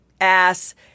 ass